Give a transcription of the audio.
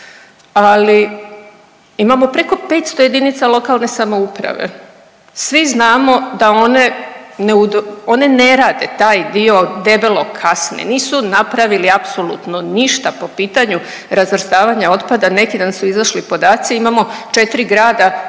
ali imamo preko 500 JLS, svi znamo da one, one ne rade taj dio, debelo kasne, nisu napravili apsolutno ništa po pitanju razvrstavanja otpada. Neki dan su izašli podaci, imamo 4 grada koji